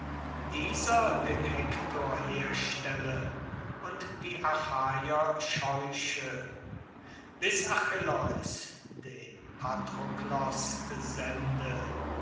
dieser den hektor herstelle und die achaier scheuche bis achilleus den patroklos